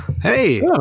Hey